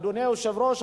אדוני היושב-ראש,